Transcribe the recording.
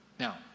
Now